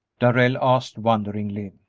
darrell asked, wonderingly.